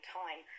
time